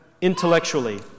intellectually